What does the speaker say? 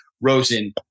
Rosen